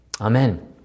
Amen